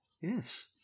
Yes